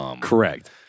Correct